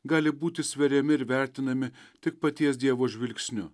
gali būti sveriami ir vertinami tik paties dievo žvilgsniu